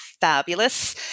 Fabulous